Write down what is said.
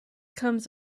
comes